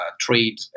trade